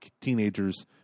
teenagers